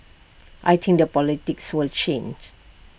I think the politics will change